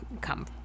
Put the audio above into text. come